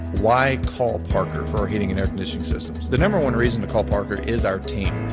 why call parker for heating and air conditioning systems? the number one reason to call parker is our team.